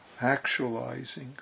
actualizing